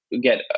get